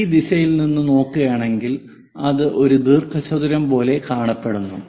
ഈ ദിശയിൽ നിന്ന് നോക്കുകയാണെങ്കിൽ അത് ഒരു ദീർഘചതുരം പോലെ കാണപ്പെടുന്നു